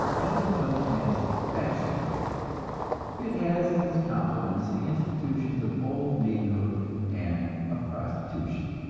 and is known as bachelorhood it has as its complements the institutions of old maidenhood and of prostitution.